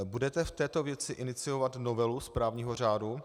Budete v této věci iniciovat novelu správního řádu?